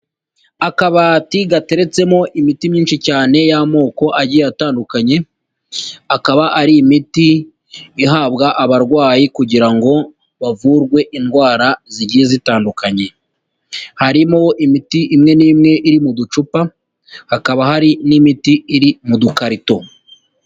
Akabati gateretsemo imiti myinshi cyane y'amoko agiye atandukanye, akaba ari imiti ihabwa abarwayi kugira ngo bavurwe indwara zigiye zitandukanye. Harimo imiti imwe n'imwe iri mu ducupa, hakaba hari n'imiti iri mu dukarito.